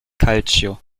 calcio